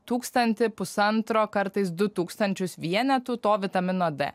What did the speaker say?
tūkstantį pusantro kartais du tūkstančius vienetų to vitamino d